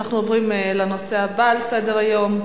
אנחנו עוברים לנושא הבא על סדר-היום: